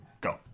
go